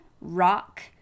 rock